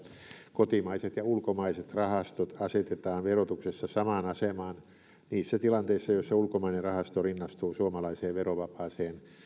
kotimaiset ja ulkomaiset rahastot asetetaan verotuksessa samaan asemaan niissä tilanteissa joissa ulkomainen rahasto rinnastuu suomalaiseen verovapaaseen